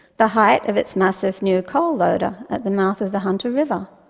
the height of its massive new coal loader at the mouth of the hunter river,